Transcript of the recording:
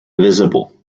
visible